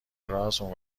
راست، اون